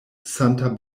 santa